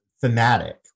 thematic